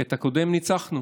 כי את הקודם ניצחנו